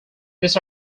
this